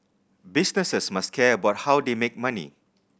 businesses must care about how they make money